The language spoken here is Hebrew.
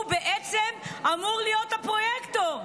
הוא בעצם אמור להיות הפרויקטור,